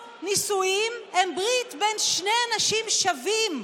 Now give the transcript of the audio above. נישואים הם ברית בין שני אנשים שווים,